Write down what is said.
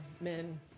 men